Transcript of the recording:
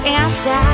inside